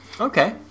Okay